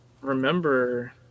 remember